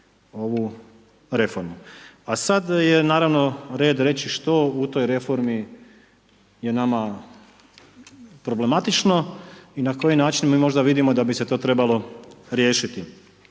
ovu reformu. A sad je naravno red reći što u toj reformi je nama problematično i na koji način mi možda vidimo da bi se to trebalo riješiti.